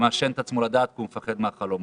ומעשן את עצמו לדעת כי הוא מפחד מהחלומות.